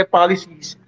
policies